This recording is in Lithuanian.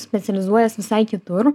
specializuojas visai kitur